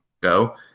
Go